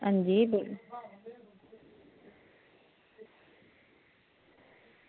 अंजी बोल्लो